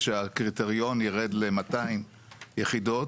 שהקריטריון ירד ל-200 יחידות.